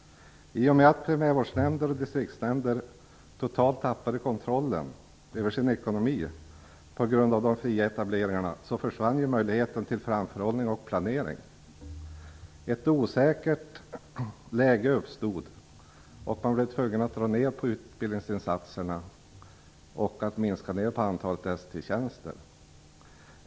I och med att primärvårdsnämnder och distriktsnämnder totalt tappade kontrollen över sin ekonomi på grund av de fria etableringarna försvann ju möjligheten till framförhållning och planering. Ett osäkert läge uppstod, och man blev tvungen att dra ned på utbildningsinsatserna och minska antalet ST tjänster.